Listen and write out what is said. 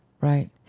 Right